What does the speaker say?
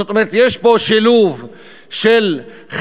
זאת אומרת, יש פה שילוב של חזירות